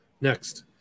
Next